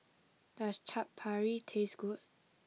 does Chaat Papri taste good